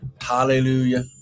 Hallelujah